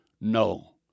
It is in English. No